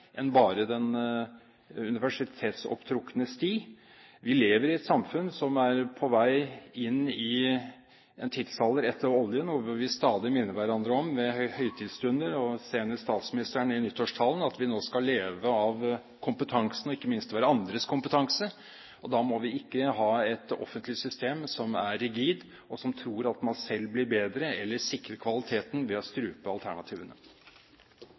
enn bare den universitetsopptrukne sti. Vi lever i et samfunn som er på vei inn i en tidsalder etter oljen, og hvor vi stadig minner hverandre på ved høytidsstunder – og senest statsministeren i nyttårstalen – at vi nå skal leve av kompetansen, og ikke minst hverandres kompetanse, og da må vi ikke ha et offentlig system som er rigid, der man tror at man selv blir bedre eller sikrer kvaliteten ved å strupe alternativene.